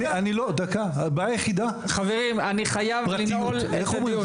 אני חייב לנעול את הדיון.